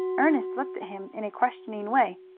ernest looked at him in a questioning way.